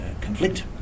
conflict